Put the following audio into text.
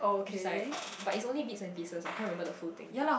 it's like but it only bites a disses I can't remember the full thing